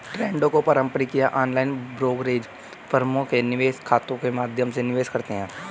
ट्रेडों को पारंपरिक या ऑनलाइन ब्रोकरेज फर्मों के निवेश खातों के माध्यम से निवेश करते है